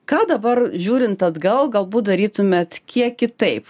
ką dabar žiūrint atgal galbūt darytumėt kiek kitaip